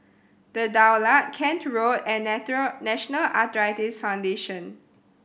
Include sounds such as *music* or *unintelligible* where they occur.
The Daulat Kent Road and *unintelligible* National Arthritis Foundation